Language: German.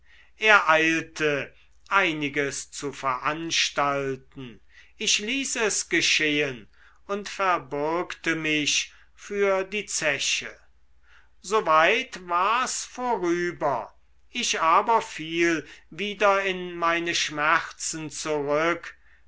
eilte einiges zu veranstalten ich ließ es geschehen und verbürgte mich für die zeche so weit war's vorüber ich aber fiel wieder in meine schmerzen zurück